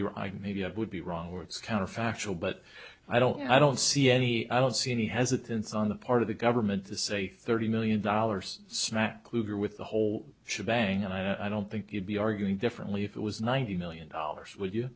eye maybe i would be wrong or it's counterfactual but i don't i don't see any i don't see any hesitancy on the part of the government to say thirty million dollars smack kluger with the whole should bang and i don't think you'd be arguing differently if it was ninety million dollars would you